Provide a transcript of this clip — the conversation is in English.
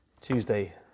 Tuesday